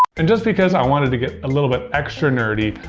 and just because i wanted to get a little bit extra nerdy,